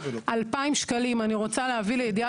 פניתי פעמיים לשר השיכון הקודם, חבר הכנסת